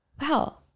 wow